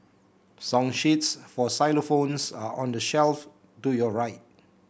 song sheets for xylophones are on the shelf to your right